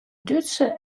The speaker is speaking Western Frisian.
dútske